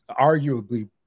arguably